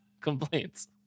complaints